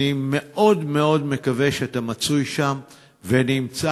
אני מאוד מאוד מקווה שאתה מצוי שם ונמצא